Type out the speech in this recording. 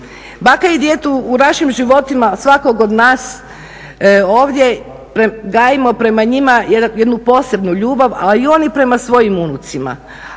Baka i djed u našim životima svakog od nas ovdje gajimo prema njima jednu posebnu ljubav, a i oni prema svojim unucima.